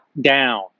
down